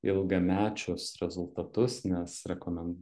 ilgamečius rezultatus nes rekomen